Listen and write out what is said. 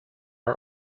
are